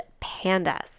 PANDAS